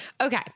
Okay